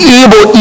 able